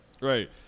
Right